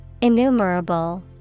Innumerable